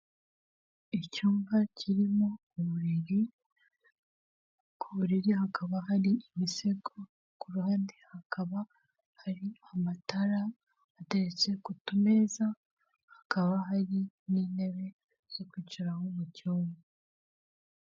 Icyumba kirimo uburiri, ku buriri hakaba hari imisego, ku ruhande hakaba hari amatara ateretse ku tumeza, hakaba hari n'intebe zo kwicaraho mu cyumba.